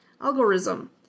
algorithm